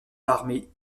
armé